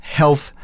health